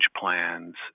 plans